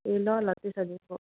ए ल ल त्यसो भने म